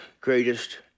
greatest